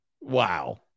wow